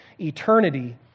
eternity